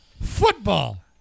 Football